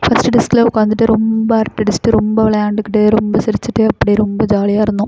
first டெஸ்கில் உக்கார்ந்துட்டு ரொம்ப அரட்டை அடிச்சுட்டு ரொம்ப விளையாண்டுக்கிட்டு ரொம்ப சிரிச்சுட்டு அப்படியே ரொம்ப ஜாலியாக இருந்தோம்